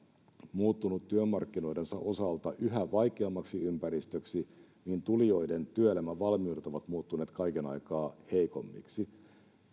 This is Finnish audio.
muuttunut työmarkkinoidensa osalta yhä vaikeammaksi ympäristöksi niin tulijoiden työelämävalmiudet ovat muuttuneet kaiken aikaa heikommiksi